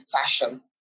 fashion